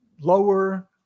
lower